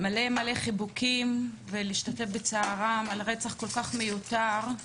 חיבוקים ולהשתתף בצערם על רצח כל כך מיותר.